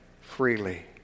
freely